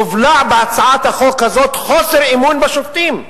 מובלע בהצעת החוק הזאת חוסר אמון בשופטים,